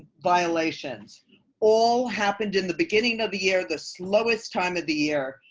violations all happened in the beginning of the year the slowest time of the year.